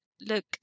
look